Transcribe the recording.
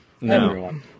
No